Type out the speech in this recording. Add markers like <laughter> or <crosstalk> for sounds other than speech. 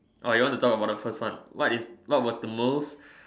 orh you want to talk about the first one what is what was the most <breath>